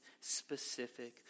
specific